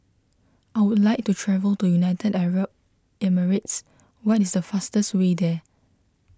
I would like to travel to United Arab Emirates what is the fastest way there